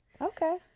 okay